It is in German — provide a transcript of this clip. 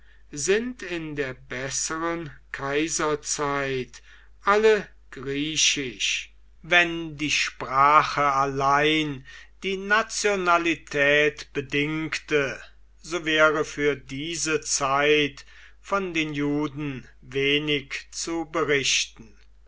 sind in der besseren kaiserzeit alle griechisch wenn die sprache allein die nationalität bedingte so wäre für diese zeit von den juden wenig zu berichten